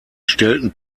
stellten